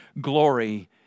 glory